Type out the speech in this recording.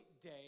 day